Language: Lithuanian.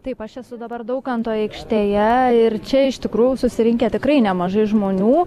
taip aš esu dabar daukanto aikštėje ir čia iš tikrųjų susirinkę tikrai nemažai žmonių